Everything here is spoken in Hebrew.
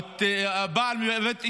או הבעל, את אשתו,